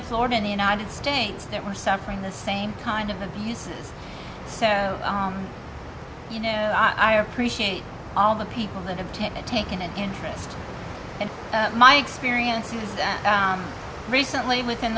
of florida in the united states that were suffering the same kind of abuses so you know i appreciate all the people that have to take an interest in my experiences and recently within